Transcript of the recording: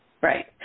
Right